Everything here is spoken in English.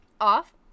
Off